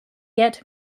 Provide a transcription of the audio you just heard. get